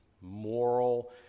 moral